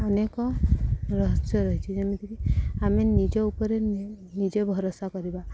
ଅନେକ ରହସ୍ୟ ରହିଛି ଯେମିତିକି ଆମେ ନିଜ ଉପରେ ନିଜେ ଭରସା କରିବା